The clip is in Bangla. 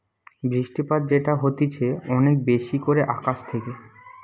বৃষ্টিপাত যেটা হতিছে অনেক বেশি করে আকাশ থেকে